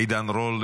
עידן רול,